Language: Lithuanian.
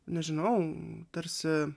nežinau tarsi